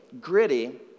Gritty